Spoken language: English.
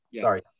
Sorry